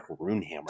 Runehammer